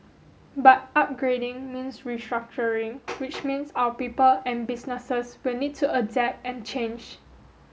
but upgrading means restructuring which means our people and businesses will need to adapt and change